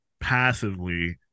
passively